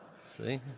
See